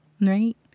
right